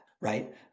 right